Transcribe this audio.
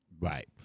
Right